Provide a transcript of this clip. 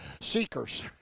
seekers